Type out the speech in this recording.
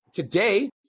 Today